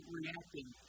reacting